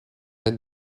êtes